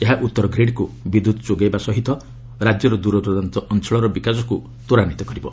ଏହା ଉତ୍ତର ଗ୍ରୀଡ୍କୁ ବିଦ୍ୟୁତ ଯୋଗାଇବା ସହ ରାଜ୍ୟର ଦୂରଦୂରାନ୍ତ ଅଞ୍ଚଳରେ ବିକାଶକୁ ତ୍ୱରାନ୍ୱିତ କରିବ